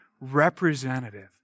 representative